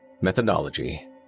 Methodology